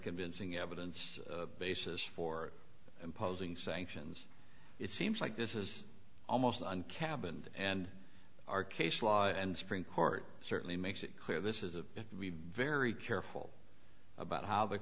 convincing evidence basis for imposing sanctions it seems like this is almost on cabin and our case law and supreme court certainly makes it clear this is a very very careful about how the